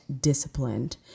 disciplined